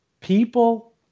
people